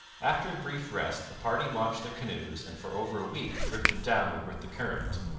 after a brief rest the party launched their canoes and for over a week drifted downward with the current,